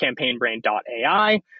campaignbrain.ai